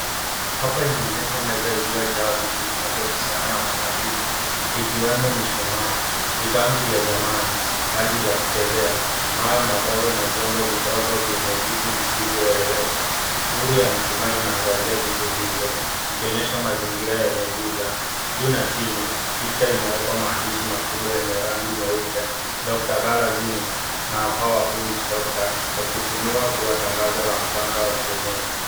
Hapa inaonyesha meza iliyojaa vitu vinavyohusiana na matambiko ikiwemo mishuma, vitabu vya zamani, kadi za kuchezea, mawe madogo na vyombo vidongo vyenye vitu visivyoeleweka. Nuru ya mshumaa inaangazia vitu hivyo ikionyesha mazingira yenye giza. Juu na chini, picha imewekwa maandishi makubwa yenye rangi nyeupe. Dr. Galazinga na powerful witch doctor yakifunua kuwa tangazo la mganga wa kienyeji.